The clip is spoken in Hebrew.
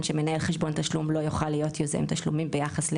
שמנהל חשבון תשלום לא יוכל להיות יוזם תשלומים ביחס,